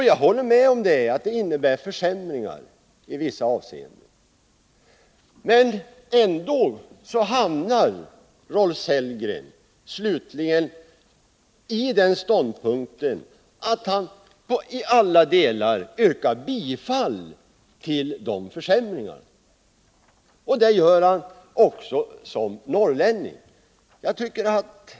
Jag håller med om att den innehåller försämringar i vissa avseenden, men ändå slutar det med att Rolf Sellgren i alla delar yrkar bifall till dessa försämringar. Det gör han också som norrlänning.